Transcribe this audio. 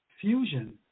fusion